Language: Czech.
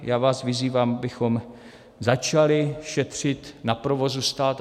Já vás vyzývám, abychom začali šetřit na provozu státu.